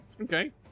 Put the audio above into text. Okay